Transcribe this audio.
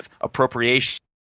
appropriation